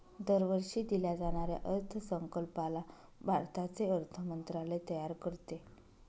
दरवर्षी दिल्या जाणाऱ्या अर्थसंकल्पाला भारताचे अर्थ मंत्रालय तयार करते